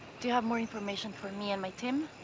do you have more information for me and my team?